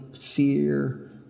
fear